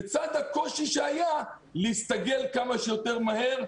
בצד הקושי שהיה להסתגל כמה שיותר מהר,